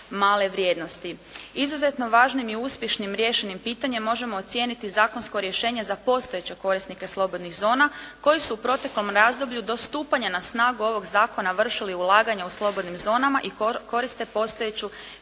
Izuzetno važnim i uspješnim riješenim pitanjem možemo ocijeniti zakonsko rješenje za postojeće korisnike slobodnih zona koji su u proteklom razdoblju do stupanja na snagu ovog zakona vršili ulaganja u slobodnim zonama i koriste postojeću